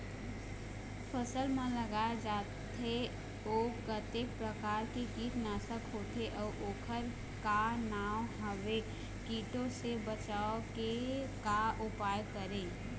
फसल म लगाए जाथे ओ कतेक प्रकार के कीट नासक होथे अउ ओकर का नाम हवे? कीटों से बचाव के का उपाय करें?